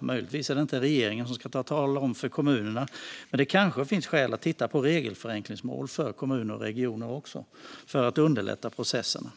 Möjligtvis är det inte regeringen som ska tala om det för kommunerna, men det kanske finns skäl att titta på regelförenklingsmål även för kommuner och regioner för att underlätta processen.